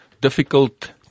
difficult